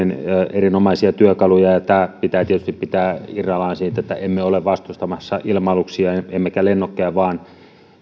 erinomaisia työkaluja näihin tämä pitää tietysti pitää irrallaan haitoista emme ole vastustamassa ilma aluksia emmekä lennokkeja vaan